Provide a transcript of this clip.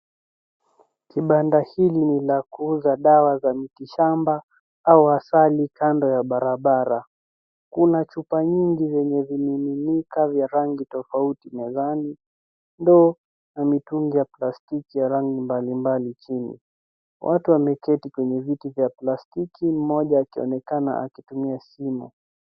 Kibanda hili na la kuuza dawa za mitishamba au asali kando ya barabara. Kuna chupa nyingi zenye vimiminika vya rangi tofauti na mezani, ndoo na mitungi ya plastiki ya rangi mbalimbali chini. Watu wameketi kwenye viti vya plastiki mmoja akionekana kutumia simu.